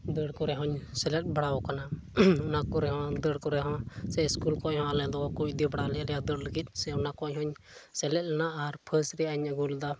ᱫᱟᱹᱲ ᱠᱚᱨᱮ ᱦᱚᱸᱧ ᱥᱮᱞᱮᱫ ᱵᱟᱲᱟ ᱟᱠᱟᱱᱟ ᱚᱱᱟ ᱠᱚᱨᱮ ᱦᱚᱸ ᱫᱟᱹᱲ ᱠᱚᱨᱮ ᱦᱚᱸ ᱥᱮ ᱥᱠᱩᱞ ᱠᱷᱚᱱ ᱦᱚᱸ ᱟᱞᱮ ᱫᱚ ᱠᱚ ᱤᱫᱤ ᱵᱟᱲᱟ ᱞᱮᱭᱟ ᱫᱟᱹᱲ ᱞᱟᱹᱲ ᱞᱟᱹᱜᱤᱫ ᱥᱮ ᱚᱱᱟ ᱠᱚᱦᱚᱧ ᱥᱮᱞᱮᱫ ᱞᱮᱱᱟ ᱟᱨ ᱯᱷᱟᱹᱥ ᱨᱮᱭᱟᱜ ᱤᱧ ᱟᱹᱜᱩ ᱞᱮᱫᱟ